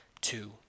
Two